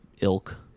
ilk